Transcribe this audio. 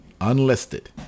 unlisted